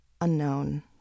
unknown